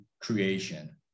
creation